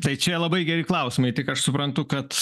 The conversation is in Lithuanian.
tai čia labai geri klausimai tik aš suprantu kad